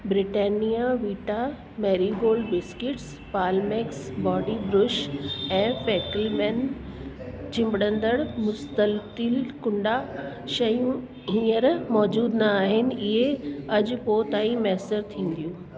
Britannia Vita Marie gold biscuits पालमेक्स body brush ऐं फैकेलमेन चिंबड़न्दड़ मुस्ततील कुंडा शयूं हींअर मौज़ूदु न आहिनि इहे अॼु पोइ ताईं मुयसरु थींदियूं